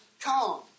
come